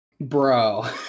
Bro